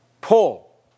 Paul